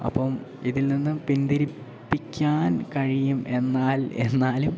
അപ്പോൾ ഇതിൽനിന്ന് പിന്തിരിപ്പിക്കാൻ കഴിയും എന്നാൽ എന്നാലും